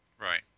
Right